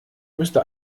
müsste